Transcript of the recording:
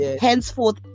henceforth